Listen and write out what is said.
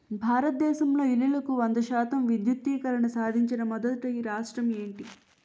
భారతదేశంలో ఇల్లులకు వంద శాతం విద్యుద్దీకరణ సాధించిన మొదటి రాష్ట్రం ఏది?